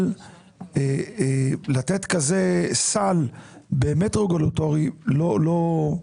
אבל לתת כזה סל באמת רגולטורי לא, לא.